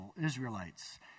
Israelites